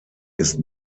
ist